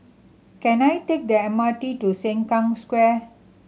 can I take the M R T to Sengkang Square